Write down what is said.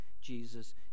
Jesus